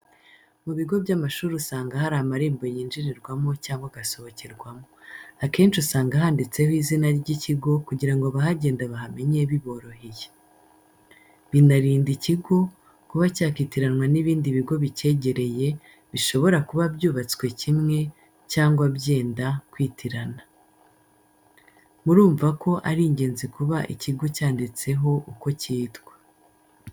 Ku bigo by'amashuri usanga hari amarembo yinjirirwamo cyangwa agasohokerwamo. Akenshi usanga handitseho izina ry'ikigo kugira ngo abahagenda bahamenye biboroheye. Binarinda ikigo kuba cyakitiranwa n'ibindi bigo bicyegereye bishobora kuba byubatswe kimwe cyangwa byenda kwitirana. Murumva ko ari ingenzi kuba ikigo cyanditseho uko cyitwa.